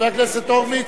חבר הכנסת הורוביץ.